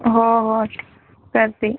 हो हो करते